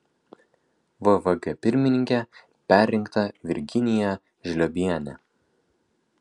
vvg pirmininke perrinkta virginija žliobienė